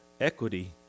equity